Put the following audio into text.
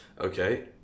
Okay